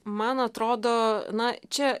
man atrodo na čia